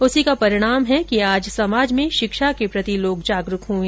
उसी का परिणाम है कि आज समाज में शिक्षा के प्रति लोग जागरूक हुए